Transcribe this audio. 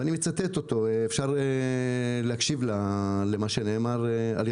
ואני מצטט אותו אפשר להקשיב למה שהוא אמר: